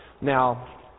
now